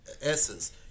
essence